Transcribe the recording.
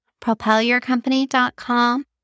propelyourcompany.com